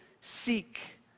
seek